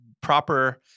proper